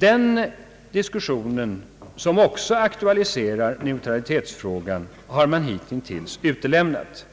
Då aktualiseras också en diskussion om neutralitetsfrågan. Den har man hitintills utelämnat.